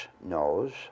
knows